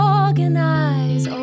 organize